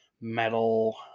metal